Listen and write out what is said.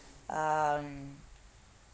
um